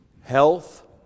health